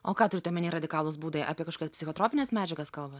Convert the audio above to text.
o ką turit omeny radikalūs būdai apie kažkokias psichotropines medžiagas kalba